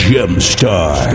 Gemstar